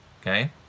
Okay